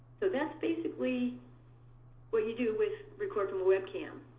so that's basically what you do with record from a webcam.